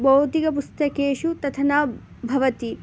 भौतिकपुस्तकेषु तथा न भवति